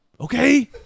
Okay